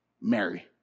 Mary